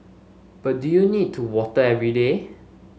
but do you need to water every day